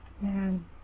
Man